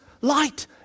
light